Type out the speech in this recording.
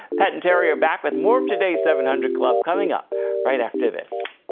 pat and terry are back with more of today's seven hundred club coming up right after this.